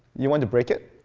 you want to break it?